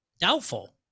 Doubtful